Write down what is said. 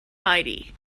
mighty